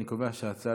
אני קובע שההצעה